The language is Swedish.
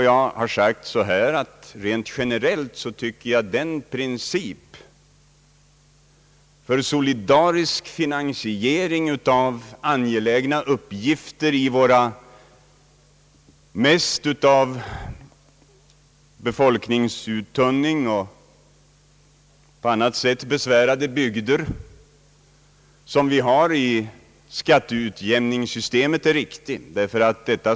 Jag har sagt att jag rent generellt tycker att den princip för solidarisk finansiering av angelägna uppgifter i våra av befolkningsuttunning och på annat sätt mest besvärade bygder som vi har i skatteutjämningssystemet är riktig.